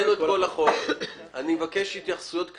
אני מבקש התייחסויות כלליות.